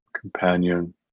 companion